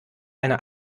einer